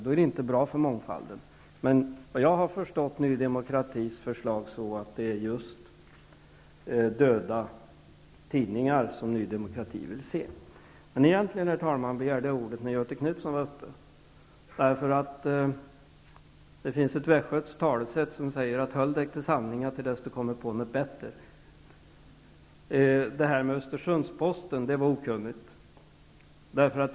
Det är inte bra för mångfalden. Jag har förstått Ny demokratis förslag som att det är just döda tidningar som Ny demokrati vill se. Egentligen, herr talman, begärde jag ordet när Göthe Knutson talade. Det finns ett västgötskt talesätt som lyder: Håll dig till sanningen till dess du kommer på något bättre! Uttalandet om Östersunds-Posten var okunnigt.